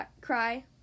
cry